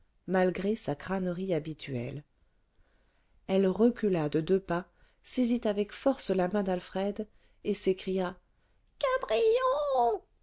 malgré sa crânerie habituelle elle recula de deux pas saisit avec force la main d'alfred et s'écria